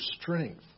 strength